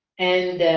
and